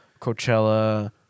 Coachella